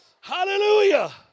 Hallelujah